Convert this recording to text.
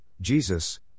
Jesus